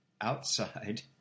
outside